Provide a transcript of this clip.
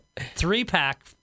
three-pack